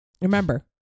remember